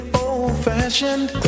old-fashioned